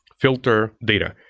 filter data.